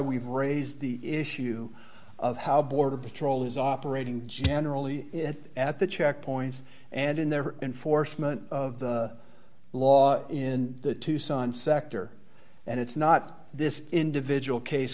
we've raised the issue of how border patrol is operating generally it at the checkpoints and in their enforcement of the laws in the tucson sector and it's not this individual case